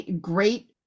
great